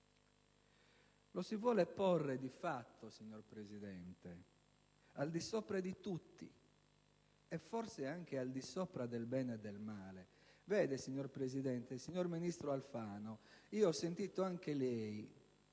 Lo si vuole porre di fatto, signor Presidente, al di sopra di tutti e forse anche al di sopra del bene e del male. Signor Presidente, signor ministro Alfano, ho sentito anche lei